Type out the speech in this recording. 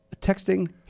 texting